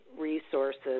resources